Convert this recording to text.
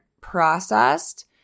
processed